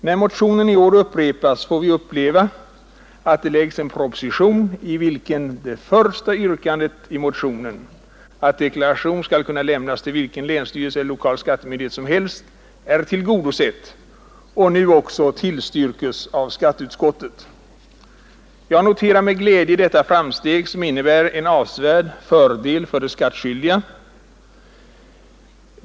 När motionen i år återkommer får vi uppleva att det läggs en proposition i vilken det första yrkandet i motionen, att deklaration skall kunna lämnas till vilken länsstyrelse eller lokal skattemyndighet som helst, är tillgodosett och att det nu också tillstyrkes av skatteutskottet. Jag noterar med glädje detta framsteg som innebär en avsevärd fördel för de skattskyldiga.